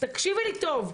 תקשיבי לי טוב,